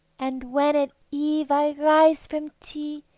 and when at eve i rise from tea,